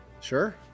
Sure